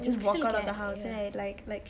they still care ya